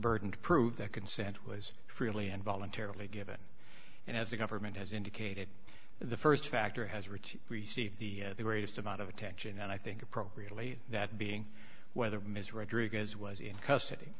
burden to prove that consent was freely and voluntarily given and as the government has indicated the st factor has rich receive the the reduced amount of attention and i think appropriately that being whether ms rodriguez was in custody